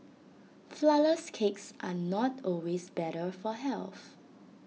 Flourless Cakes are not always better for health